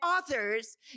authors